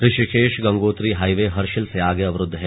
Rishikesh Gangotri highway Harshil से आगे अवरुद्ध है